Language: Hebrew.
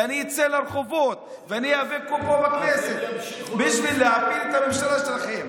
ואני אצא לרחובות ואני איאבק בו פה בכנסת בשביל להפיל את הממשלה שלכם.